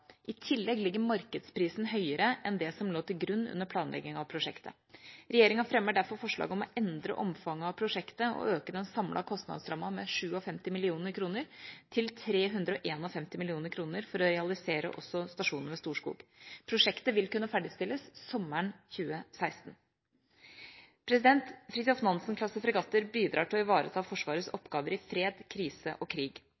I tillegg ligger markedsprisen høyere enn det som lå til grunn under planlegginga av prosjektet. Regjeringa fremmer derfor forslag om å endre omfanget av prosjektet og øke den samlede kostnadsrammen med 57 mill. kr til 351 mill. kr for å realisere også stasjonen ved Storskog. Prosjektet vil kunne ferdigstilles sommeren 2016. Fregatter i Fridtjof Nansen-klassen bidrar til å ivareta Forsvarets oppgaver i fred, krise og krig.